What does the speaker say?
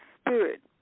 Spirit